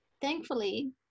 thankfully